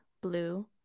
blue